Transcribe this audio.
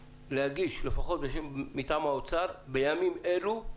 להגיש, לפחות מטעם האוצר, בימים אלו,